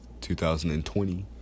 2020